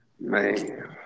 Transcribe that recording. man